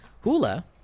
hula